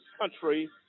country